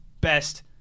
best